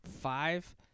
five